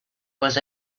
was